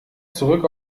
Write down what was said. zurück